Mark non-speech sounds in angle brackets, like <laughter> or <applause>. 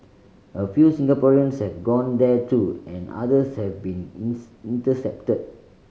a few Singaporeans have gone there too and others have been <unintelligible> intercepted